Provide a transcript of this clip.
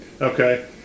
okay